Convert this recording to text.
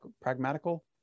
Pragmatical